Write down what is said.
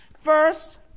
First